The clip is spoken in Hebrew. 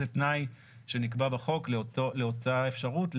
זה תנאי שנקבע בחוק לאותה אפשרות,